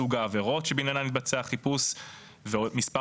סוג העבירות שבעניין התבצע חיפוש ומספר